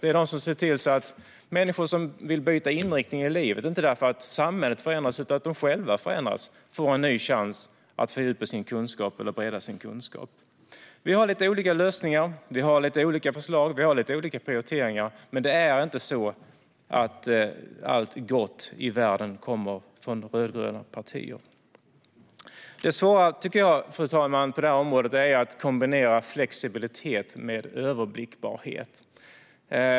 Det är de som ser till att människor som vill byta inriktning i livet - inte för att samhället förändras utan för att de själva förändras - får en ny chans att fördjupa eller bredda sina kunskaper. Vi har lite olika lösningar. Vi har lite olika förslag. Vi har lite olika prioriteringar. Men det är inte så att allt gott i världen kommer från rödgröna partier. Fru talman! Det svåra på det här området är att kombinera flexibilitet med överblickbarhet.